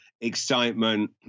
excitement